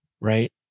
right